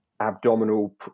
abdominal